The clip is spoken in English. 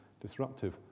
disruptive